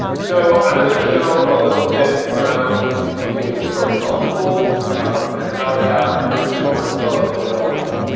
so i'm going to show a little bit around using the chrome developer tools and how to have a productive workflow in developing,